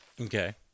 okay